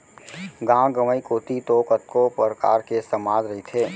गाँव गंवई कोती तो कतको परकार के समाज रहिथे